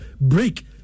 break